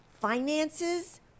finances